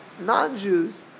non-Jews